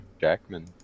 Jackman